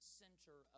center